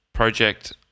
project